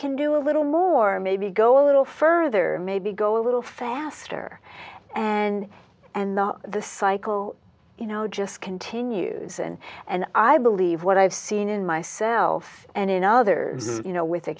can do a little more maybe go a little further maybe go a little faster and and the cycle you know just continues and and i believe what i've seen in myself and in others you know with a